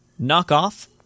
Knockoff